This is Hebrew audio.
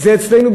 זה אצלנו,